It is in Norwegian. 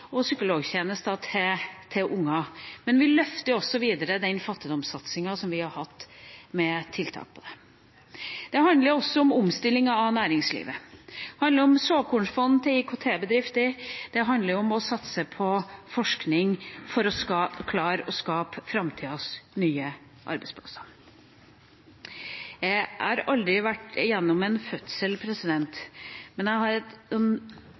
og psykologtjenester for barn, men vi løfter også videre den fattigdomssatsingen som vi har hatt, med tiltak på området. Det handler også om omstillingen av næringslivet. Det handler om såkornfond til IKT-bedrifter, det handler om å satse på forskning for å klare å skape framtidas nye arbeidsplasser. Jeg har aldri vært igjennom en fødsel, men jeg har kanskje et